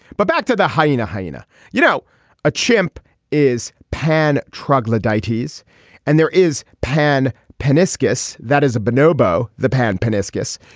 but back to the hyena hyena you know a chimp is pan troglodyte he's and there is pan penis guess that is a bonobo the pan penis yes